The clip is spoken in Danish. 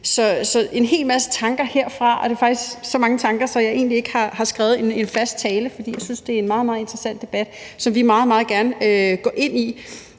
er en hel masse tanker herfra. Det er faktisk så mange tanker, at jeg egentlig ikke har skrevet en tale ned, for jeg synes, at det er en meget, meget interessant debat, som vi meget, meget gerne går ind i,